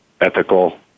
ethical